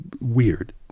weird